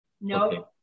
No